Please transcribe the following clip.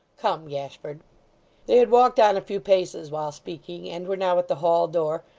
come, gashford they had walked on a few paces while speaking, and were now at the hall-door,